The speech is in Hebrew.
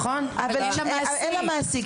אין לה מעסיק.